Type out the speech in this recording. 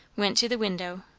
went to the window,